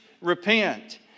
Repent